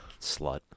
Slut